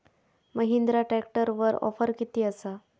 महिंद्रा ट्रॅकटरवर ऑफर किती आसा?